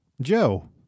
Joe